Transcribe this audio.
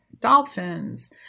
dolphins